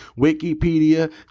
Wikipedia